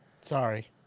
Sorry